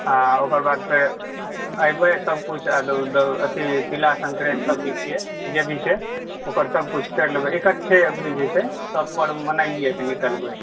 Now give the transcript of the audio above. आ ओकर बाद फेर एबै सब किछु अथी तिला संक्रांति छियै जे भी छै ओकर सब किछु करि लेबै इकट्ठे अबरी जे छै सब पर्व मनाइये के निकलबै